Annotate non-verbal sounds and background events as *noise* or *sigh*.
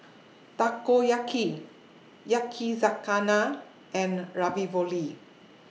*noise* Takoyaki Yakizakana and Ravioli *noise*